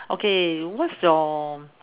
okay what's your